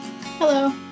Hello